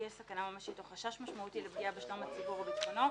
יש סכנה ממשית או חשש משמעותי לפגיעה בשלום הציבור או ביטחונו,